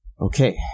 Okay